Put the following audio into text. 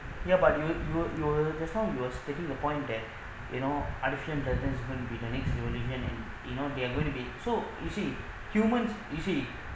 ya but you were you were just now you were taking the point that you know artificial intelligent is going to be next revolution and you know they are going to be so you see humans you see